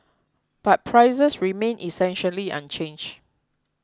but prices remained essentially unchanged